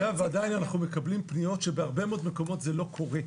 ועדיין אנחנו מקבלים פניות שבהרבה מאוד מקומות זה לא קורה.